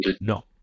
No